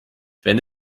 wenn